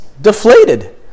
deflated